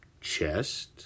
chest